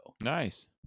Nice